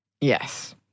Yes